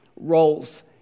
roles